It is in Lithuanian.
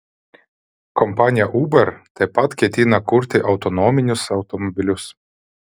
kompanija uber taip pat ketina kurti autonominius automobilius